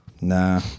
Nah